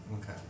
Okay